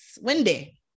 Wendy